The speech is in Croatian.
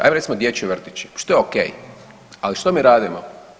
Ajmo, recimo dječji vrtići, što je ok, ali što mi radimo?